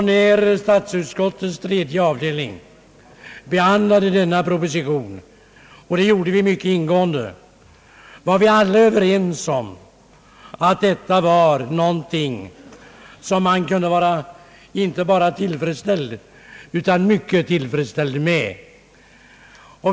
När statsutskottets tredje avdelning behandlade propositionen, vilket skedde mycket ingående, var vi alla överens om att man kunde vara inte bara tillfredsställd utan mycket tillfredsställd med reformen.